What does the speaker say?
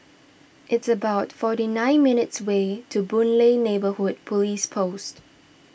it's about forty nine minutes' way to Boon Lay Neighbourhood Police Post